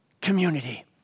Community